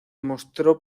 mostró